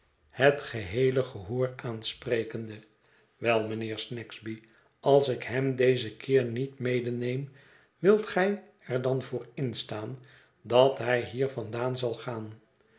het geheelegehoor aansprekende wel mijnheer snagsby als ik hem dezen keer niet medeneem wilt gij er dan voor instaan dat hij hier vandaan zal gaan